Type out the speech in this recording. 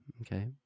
okay